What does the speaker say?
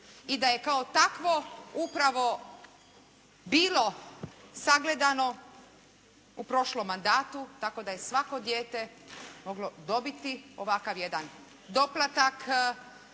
i da je kao takvo upravo bilo sagledano u prošlom mandatu tako da je svako dijete moglo dobiti ovakav jedan doplatak